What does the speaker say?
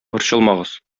борчылмагыз